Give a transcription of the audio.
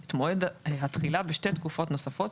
את מועד התחילה בשתי תקופות נוספות,